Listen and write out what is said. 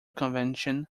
convention